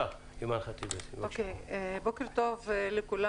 בוקר טוב לכולם.